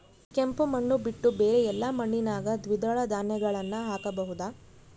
ಕೆಂಪು ಮಣ್ಣು ಬಿಟ್ಟು ಬೇರೆ ಎಲ್ಲಾ ಮಣ್ಣಿನಾಗ ದ್ವಿದಳ ಧಾನ್ಯಗಳನ್ನ ಹಾಕಬಹುದಾ?